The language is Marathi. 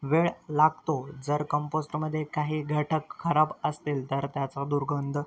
वेळ लागतो जर कंपोस्टमध्ये काही घटक खराब असतील तर त्याचा दुर्गंध